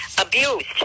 abused